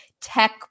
tech